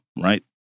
Right